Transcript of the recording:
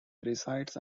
resides